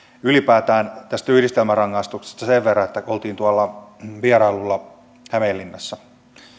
ylipäätään tästä yhdistelmärangaistuksesta sen verran että kun oltiin tuolla vierailulla hämeenlinnassa